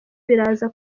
biraza